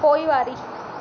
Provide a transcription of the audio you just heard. पोइवारी